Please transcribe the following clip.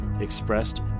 expressed